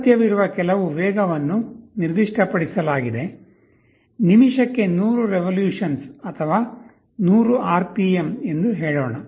ಅಗತ್ಯವಿರುವ ಕೆಲವು ವೇಗವನ್ನು ನಿರ್ದಿಷ್ಟಪಡಿಸಲಾಗಿದೆ ನಿಮಿಷಕ್ಕೆ 100 ರೆವೊಲ್ಯೂಷನ್ಸ್ ಅಥವಾ 100 RPM ಎಂದು ಹೇಳೋಣ